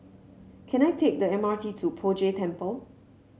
can I take the M R T to Poh Jay Temple